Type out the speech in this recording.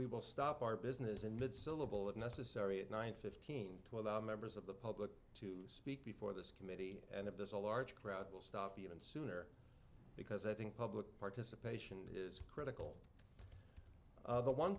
we will stop our business in mid syllable if necessary at nine fifteen twelve members of the public to speak before this committee and if there's a large crowd will stop even sooner because i think public participation is critical of the one